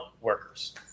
workers